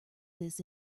this